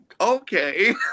Okay